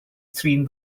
thrin